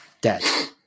dead